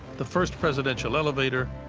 the first presidential elevator,